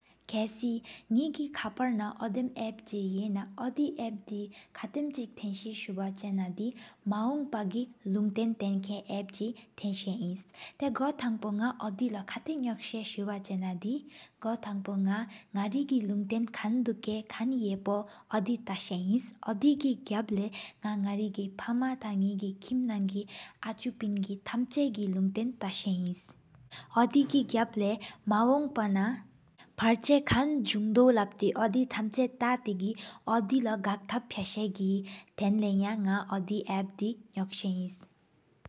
ཁ་སི་ནེ་གི་ཁ་པར་ན་ཨོ་མདེམ་པ་དེབ་གཅིག་ཧེ་ན། ཨོ་དེ་པ་དེ་ཁ་ཏམ་གཅིག་ཐེན་སུ་བ་ཆེ་ན་དེ། མཧོང་ཕ་གི་ལུན་ཏན་ཐེན་ཀེན་པ་གཅིག་ཐེནས། ཏེའུ་གོ་སྟོང་པོ་ནག་ཨོ་དེ་ལོ་ཁཏམ་ནོད་ས་སི་ན། གོ་ཐང་པོ་ནག་ནག་རི་གི་ལུན་ཏན་ཀཱན་དུ་ཀ། ཁན་ཡེ་བོ་ཡོ་མཟན་། ཨོ་དེ་གི་གབ་ལེ་ནག་ནི་གི་ཕཱ་མ་ཐང་། ཀིམ་ནང་གི་ཨ་དྲི་ཕིན་ཐམ་ཆ་གི། ལུན་ཏན་ཏ་སེ་ཨོ་དེ་གི་གབ་ལེ་མང་པོ་ན། པར་ཆ་ཀཱན་ཟུང་དོ་ཡོ་དེ་ཐམ་ཆ་ཏཡེ་སི་གི། ཡོ་མཟན་ལོ་གཀར་ས་གི་ཐེན་ལོ་ནག་ཨོ་དེ། པ་སེ་ནོད་ས་པས།